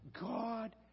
God